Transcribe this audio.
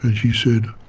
ah she said,